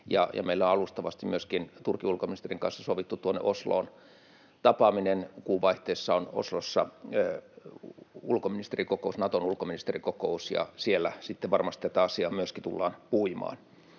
meillä on alustavasti myöskin Turkin ulkoministerin kanssa sovittu Osloon tapaaminen. Kuun vaihteessa on Oslossa Naton ulkoministerikokous, ja myöskin siellä sitten varmasti tätä asiaa tullaan puimaan.